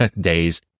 days